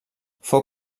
fou